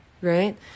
right